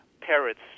Parrots